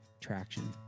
traction